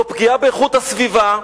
זו פגיעה באיכות הסביבה,